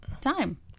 time